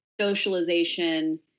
socialization